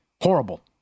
Horrible